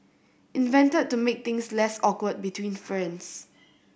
invented to make things less awkward between friends